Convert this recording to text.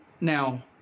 now